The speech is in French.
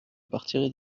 partirai